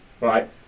Right